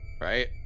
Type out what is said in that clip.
Right